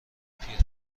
پیرمرد